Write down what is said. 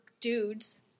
dudes